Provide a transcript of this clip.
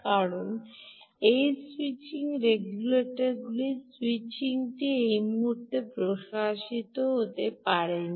কারণ এই switching regulator স্যুইচটি আমরা এই মুহুর্তে প্রসারিত করতে পারি নি